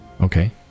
Okay